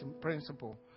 principle